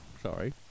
Sorry